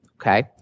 Okay